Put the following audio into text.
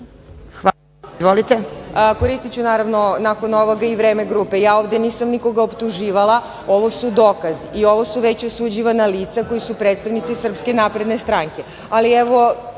**Jelena Spirić** Koristiću naravno nakon ovoga i vreme grupe, ja ovde nisam nikoga optuživala ovo su dokazi i ovo su već osuđivana lica koju su predstavnici Srpske napredne stranke. Ali